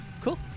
Cool